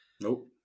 Nope